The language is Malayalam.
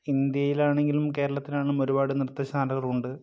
ഇന്ത്യയിലാണെങ്കിലും കേരളത്തിലാണെങ്കിലും ഒരുപാട് നൃത്തശാലകളുണ്ട്